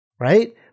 right